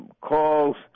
calls